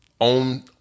own